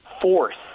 force